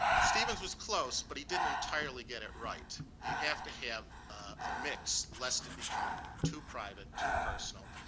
stevens was close but he didn't entirely get it right. you have to have a mix, lest it become too private, too personal.